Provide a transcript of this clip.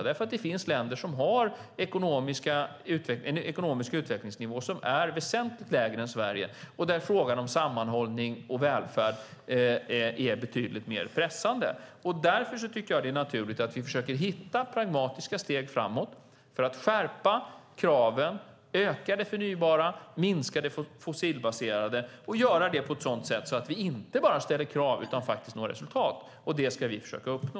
Det är för att det finns länder som har en ekonomisk utvecklingsnivå som är väsentligt lägre än Sverige och där frågan om sammanhållning och välfärd är betydligt mer pressande. Därför är det naturligt att vi försöker hitta pragmatiska steg framåt för att skärpa kraven, öka på det förnybara, minska på det fossilbaserade, och göra det på ett sådant sätt att vi inte bara ställer krav utan faktiskt också når resultat. Det ska vi försöka uppnå.